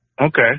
Okay